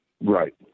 Right